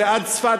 ועד צפת,